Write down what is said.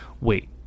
Wait